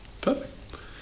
Perfect